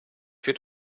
wird